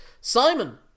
Simon